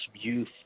youth